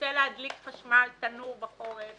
רוצה להדליק חשמל ותנור בחורף